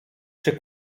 czy